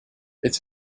its